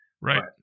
right